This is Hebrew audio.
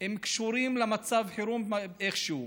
קשורים למצב החירום איכשהו.